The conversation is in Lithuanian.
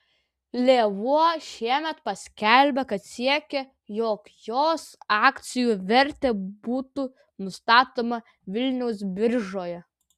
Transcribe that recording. lėvuo šiemet paskelbė kad siekia jog jos akcijų vertė būtų nustatoma vilniaus biržoje